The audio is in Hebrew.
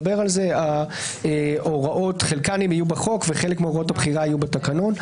חלק מההוראות יהיו בחוק, חלק יהיו בתקנון.